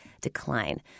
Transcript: decline